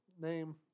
name